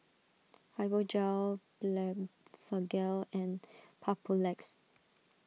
Fibogel Blephagel and Papulex